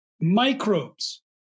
microbes